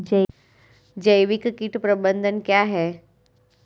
जैविक कीट प्रबंधन क्या है?